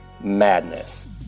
Madness